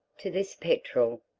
to this petrel,